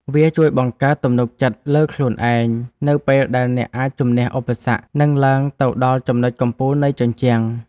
វាជួយបង្កើតទំនុកចិត្តលើខ្លួនឯង នៅពេលដែលអ្នកអាចជម្នះឧបសគ្គ និងឡើងទៅដល់ចំណុចកំពូលនៃជញ្ជាំង។